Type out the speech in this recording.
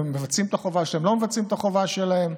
מבצעים את החובה שלהם או לא מבצעים את החובה שלהם.